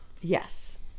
Yes